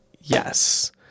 yes